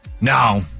No